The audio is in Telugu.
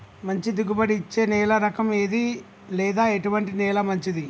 మంచి దిగుబడి ఇచ్చే నేల రకం ఏది లేదా ఎటువంటి నేల మంచిది?